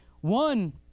One